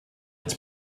its